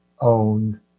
owned